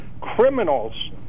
criminals